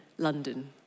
London